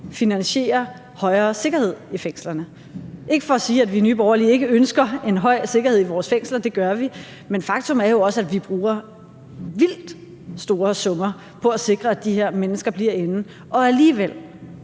finansiere højere sikkerhed i fængslerne. Det er ikke for at sige, at vi i Nye Borgerlige ikke ønsker en høj sikkerhed i vores fængsler, for det gør vi, men faktum er jo også, at vi bruger vildt store summer på at sikre, at de her mennesker bliver inde i fængslet.